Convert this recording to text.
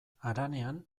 haranean